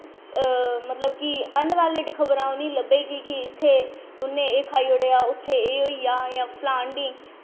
मतलब कि अनबैलिड़ खबरां लब्भन गी ते इत्थै उन्ने एह् खाही ओड़ेआ उत्थै एह् होई गेआ जां फलान डींग